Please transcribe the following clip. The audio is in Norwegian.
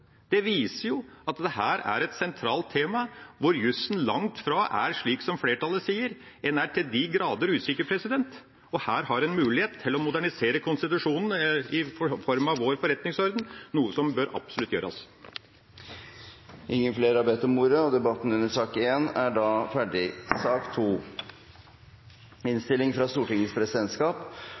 Det viser at dette er et sentralt tema, hvor jusen langt ifra er sånn som flertallet sier. En er til de grader usikker, og her har en mulighet til å modernisere konstitusjonen i form av vår forretningsorden, noe som absolutt bør gjøres. Flere har ikke bedt om ordet til sak